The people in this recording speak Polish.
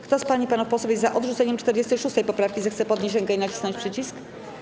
Kto z pań i panów posłów jest za odrzuceniem 46. poprawki, zechce podnieść rękę i nacisnąć przycisk.